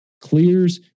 clears